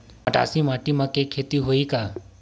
मटासी माटी म के खेती होही का?